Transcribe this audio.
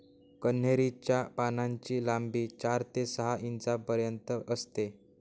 कन्हेरी च्या पानांची लांबी चार ते सहा इंचापर्यंत असते